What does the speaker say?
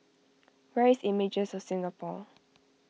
where is Images of Singapore